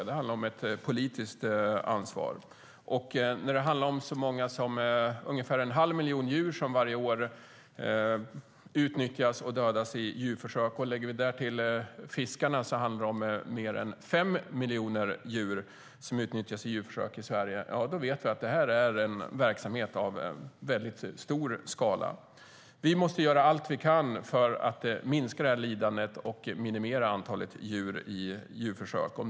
Det handlar om ett politiskt ansvar. Så många som ungefär en halv miljon djur utnyttjas och dödas varje år i djurförsök. Lägger vi till fiskarna är det mer än fem miljoner djur som utnyttjas i djurförsök i Sverige. Då vet vi att det är en verksamhet som bedrivs i väldigt stor skala. Vi måste göra allt vi kan för att minska detta lidande och minimera antalet djur i djurförsök.